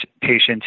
patients